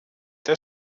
der